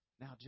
Now